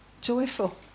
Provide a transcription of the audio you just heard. joyful